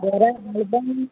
ବରା ହେବନି